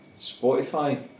Spotify